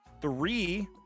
three